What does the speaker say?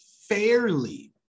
fairly